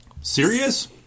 Serious